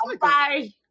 Bye